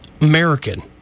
American